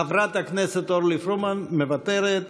חברת הכנסת אורלי פרומן, מוותרת.